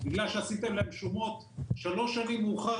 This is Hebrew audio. בגלל שעשיתם להם שומות שלוש שנים מאוחר